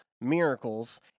miracles